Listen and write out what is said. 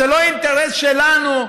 זה לא אינטרס שלנו,